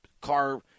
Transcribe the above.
car